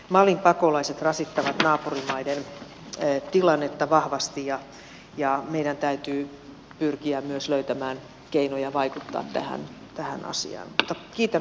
malin pakolaiset rasittavat naapurimaiden tilannetta vahvasti ja meidän täytyy pyrkiä myös löytämään keinoja vaikuttaa tähän asiaan